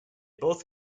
both